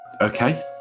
Okay